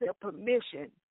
permission